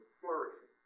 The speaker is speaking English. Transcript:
flourishing